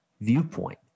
viewpoint